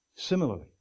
Similarly